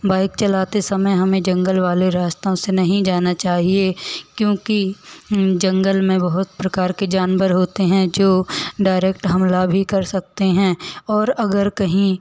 bike चलाते समय हमें जंगल वाले रास्तों से नहीं जाना चाहिए क्योंकि जंगल में बहुत प्रकार के जानवर होते हैं जो डायरेक्ट हमला भी कर सकते हैं और अगर कहीं